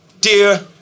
Dear